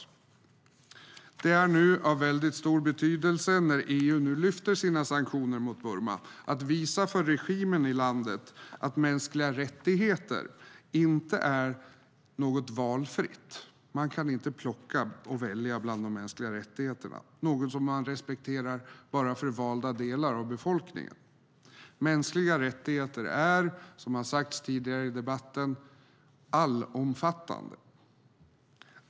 Det är nu av stor betydelse, när EU nu lyfter sina sanktioner mot Burma, att visa för regimen i landet att mänskliga rättigheter inte är något valfritt. Man kan inte plocka och välja bland de mänskliga rättigheterna, och det är inte något som man respekterar för valda delar av befolkningen. Mänskliga rättigheter är, som har sagts tidigare i debatten, allomfattande.